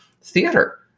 theater